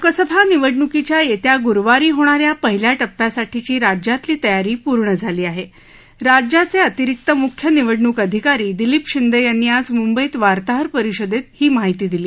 लोकसभा निवडणुकीच्या यस्या गुरुवारी होणाऱ्या पहिल्या टप्प्यासाठीची राज्यातली तयारी पूर्ण झाली आह रोज्याच अितिरिक्त मुख्य निवडणूक अधिकारी दिलीप शिंदखिंनी आज मुंबईत वार्ताहर परिषदक्ष याची माहिती दिली